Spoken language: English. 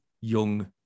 young